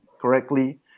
correctly